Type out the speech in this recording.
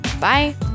Bye